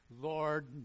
Lord